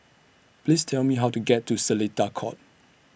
Please Tell Me How to get to Seletar Court